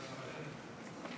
שלוש דקות.